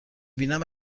بینم